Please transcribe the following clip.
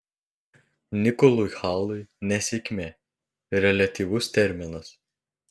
nikolui halui nesėkmė reliatyvus terminas